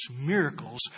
miracles